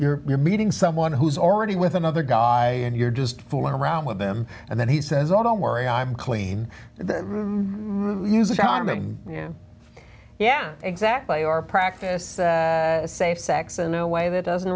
're you're meeting someone who's already with another guy and you're just fooling around with them and then he says oh don't worry i'm clean the charming yeah yeah exactly or practice safe sex in a way that doesn't